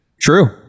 True